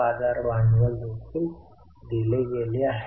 लेनदारही खाली गेले आहेत